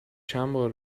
چندبار